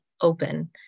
open